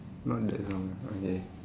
not that song okay